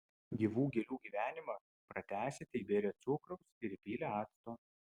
gyvų gėlių gyvenimą pratęsite įbėrę cukraus ir įpylę acto